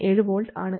17 V ആണ്